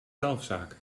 zelfzaak